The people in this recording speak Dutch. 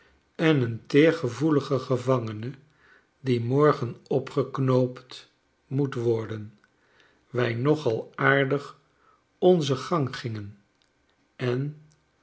en een teergevoeligen gevangene die morgen opgeknoopt moet worden wij nogal aardig onzen gang gingen en